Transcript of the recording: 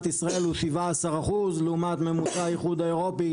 ישראל הוא 17% לעומת ממוצע האיחוד האירופי,